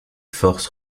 forces